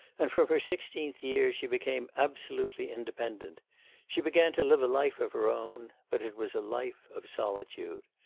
and from her sixteenth year she became absolutely independent she began to live a life of her own, but it was a life of solitude.